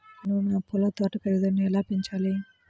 నేను నా పూల తోట పెరుగుదలను ఎలా పెంచాలి?